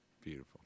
Beautiful